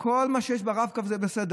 כל מה שיש ברב קו זה בסדר.